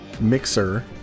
mixer